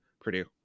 Purdue